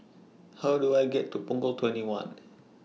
How Do I get to Punggol twenty one